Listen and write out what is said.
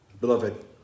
Beloved